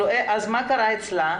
מה קרה אצלה?